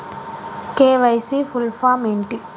KYC full form ఏంటి?